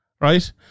Right